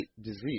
disease